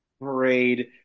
parade